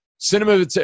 Cinema